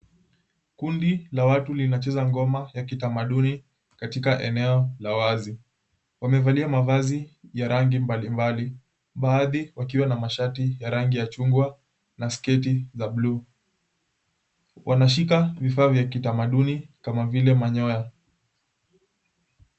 Kundi la watu linacheza ngoma ya kitamaduni katika eneo la wazi. Wamevalia mavazi ya rangi mbalimbali baadhi wakiwa na mashati ya rangi ya chungwa na sketi za blue . Wanashika vifaa vya kitamaduni kama vile manyoya.